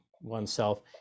One'self